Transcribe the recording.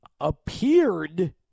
appeared